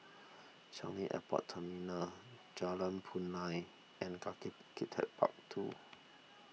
Changi Airport Terminal Jalan Punai and Kaki Bukit Techpark two